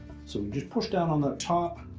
so just push down on that top